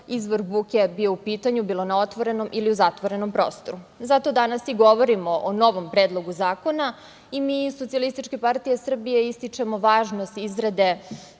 izvor buke bio u pitanju, bilo na otvorenom ili u zatvorenom prostoru. Zato danas i govorimo o novom predlogu zakona i mi iz SPS ističemo važnost izrade